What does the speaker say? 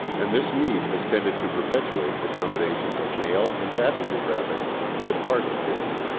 and this need has tended to perpetuate the combination of mail and passenger traffic with cargo carrying.